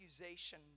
accusation